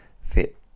fit